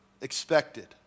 expected